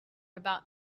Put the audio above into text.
about